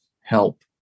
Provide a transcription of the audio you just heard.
help